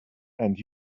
and